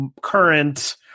current